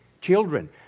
Children